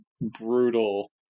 brutal